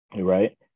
right